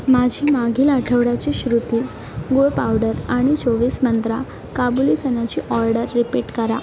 माझी मागील आठवड्याची श्रुतीस गूळ पावडर आणि चोवीस मंत्रा काबुली चण्याची ऑर्डर रिपीट करा